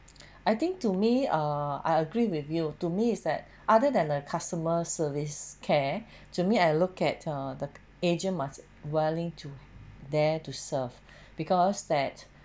I think to me ah I agree with you to me is that other than a customer service care to me I look at uh the agent must willing to be there to serve because that